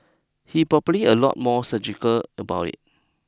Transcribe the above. he's probably a lot more surgical about it